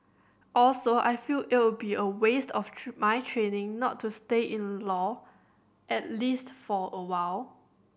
also I feel it'll be a waste of my training not to stay in law at least for a while